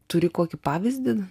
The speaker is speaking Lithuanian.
turi kokį pavyzdį